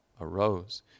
arose